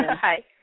Hi